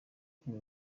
filime